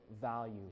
value